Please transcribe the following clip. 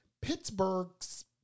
Pittsburgh's